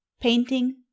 Painting